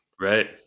Right